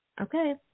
okay